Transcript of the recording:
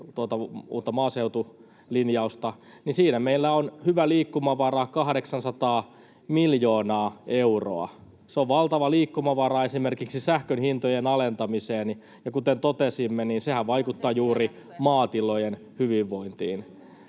uutta maaseutulinjausta, siinä meillä on hyvä liikkumavara, 800 miljoonaa euroa. Se on valtava liikkumavara esimerkiksi sähkönhintojen alentamiseen, ja kuten totesimme, sehän vaikuttaa juuri maatilojen hyvinvointiin.